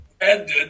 ended